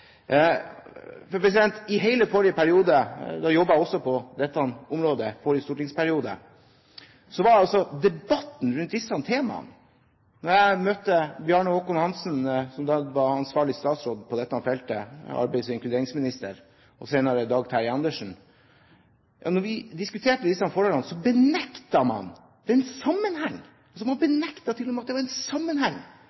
I hele forrige stortingsperiode jobbet jeg også med dette området. Da var debatten rundt disse temaene sånn at når jeg møtte Bjarne Håkon Hanssen som var ansvarlig statsråd på dette feltet, arbeids- og inkluderingsminister, og senere Dag Terje Andersen, og diskuterte disse forholdene, så benektet man en sammenheng. Man benektet til og med at det var en sammenheng mellom den asylpolitikken og innvandringspolitikken man